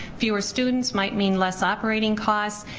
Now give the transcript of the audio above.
fewer students might mean less operating costs.